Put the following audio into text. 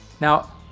now